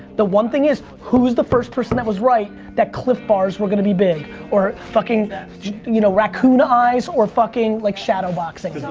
the one thing is who's the first person who was right that clif bars were gonna be big or fucking you know raccoon eyes or fucking like shadowboxing.